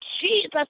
Jesus